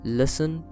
listen